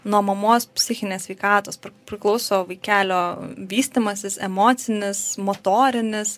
nuo mamos psichinės sveikatos priklauso vaikelio vystymasis emocinis motorinis